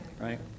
right